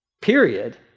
period